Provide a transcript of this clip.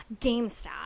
GameStop